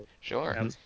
Sure